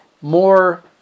More